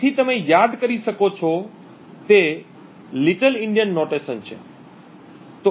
તેથી તમે યાદ કરી શકો છો તે નાના ભારતીય સંકેત છે